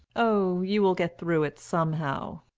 oh, you will get through it somehow.